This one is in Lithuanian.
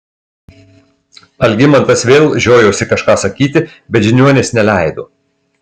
algimantas vėl žiojosi kažką sakyti bet žiniuonis neleido